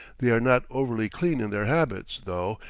they are not overly clean in their habits, though,